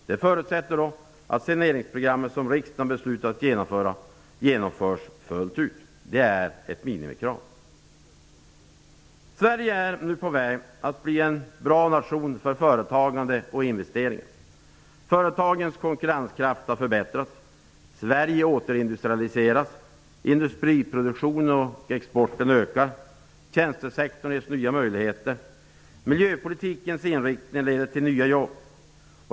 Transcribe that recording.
Det förutsätter att saneringsprogrammet som riksdagen beslutat om genomförs fullt ut. Det är ett minimikrav. Sverige är på väg att bli en bra nation för företagande och investeringar. Företagens konkurrenskraft har förbättrats. Sverige återindustrialiseras. Industriproduktionen och exporten ökar. Tjänstesektorn ges nya möjligheter. Miljöpolitikens inriktning leder till nya jobb.